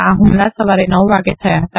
આ હુમલા સવારે નવ વાગે થયા હતા